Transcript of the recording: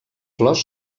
flors